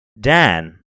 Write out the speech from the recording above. Dan